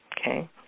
Okay